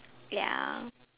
ya